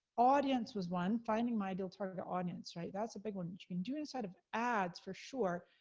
audience was one, finding my ideal target audience. right, that's a big one, i mean doing inside of ads for sure.